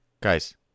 Guys